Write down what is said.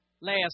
last